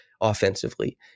offensively